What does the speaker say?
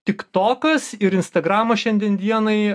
tiktokas ir instagramas šiandien dienai